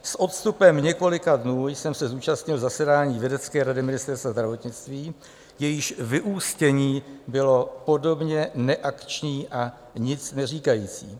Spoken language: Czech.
S odstupem několika dnů jsem se zúčastnil zasedání vědecké rady Ministerstva zdravotnictví, jejíž vyústění bylo podobně neakční a nicneříkající.